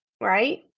Right